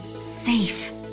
safe